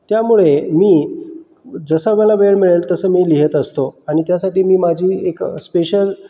त्यामुळे मी जसा मला वेळ मिळेल तसं मी लिहीत असतो आणि त्यासाठी मी माझी एक स्पेशल